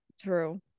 true